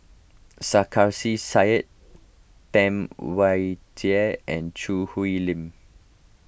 Sarkasi Said Tam Wai Jia and Choo Hwee Lim